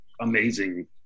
amazing